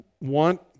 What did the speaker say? want